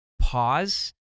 pause